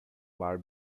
bar